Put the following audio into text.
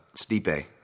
Stipe